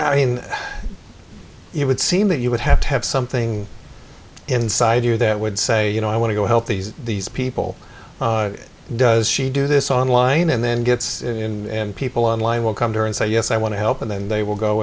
i mean it would seem that you would have to have something inside you that would say you know i want to go help these these people does she do this online and then gets in and people online will come to her and say yes i want to help and then they will go